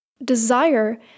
Desire